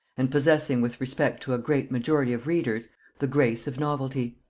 and possessing with respect to a great majority of readers the grace of novelty.